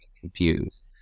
confused